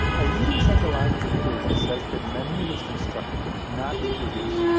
a leading psychological theory says that memory is constructed, not reproduced,